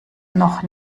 noch